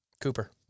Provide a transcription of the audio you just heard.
Cooper